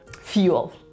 fuel